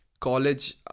college